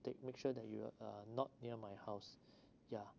take make sure that you are uh not near my house ya